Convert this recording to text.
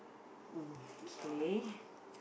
mm k